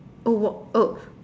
oh what oh